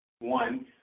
One